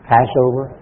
Passover